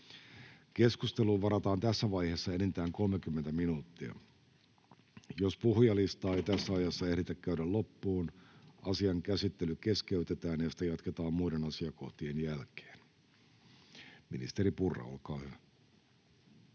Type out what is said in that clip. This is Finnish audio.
Keskusteluun varataan tässä vaiheessa enintään 30 minuuttia. Jos puhujalistaa ei tässä ajassa ehditä käydä loppuun, asian käsittely keskeytetään ja sitä jatketaan muiden asiakohtien jälkeen. — Ministeri Purra, olkaa hyvä.